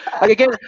Again